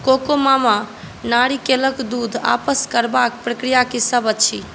Cocomama नारिकेलक दूध आपस करबाक प्रक्रिया की सब अछि